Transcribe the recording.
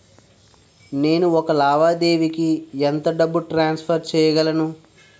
నేను ఒక లావాదేవీకి ఎంత డబ్బు ట్రాన్సఫర్ చేయగలను?